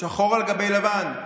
שחור על גבי לבן,